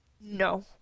No